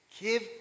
Give